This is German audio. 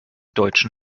deutschen